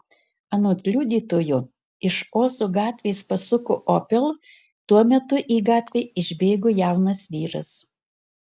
anot liudytojo iš ozo gatvės pasuko opel tuo metu į gatvę išbėgo jaunas vyras